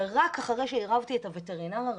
ורק אחרי שעירבתי את הווטרינר הרשותי,